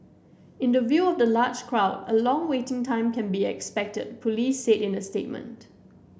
in the view of the large crowd a long waiting time can be expected police said in a statement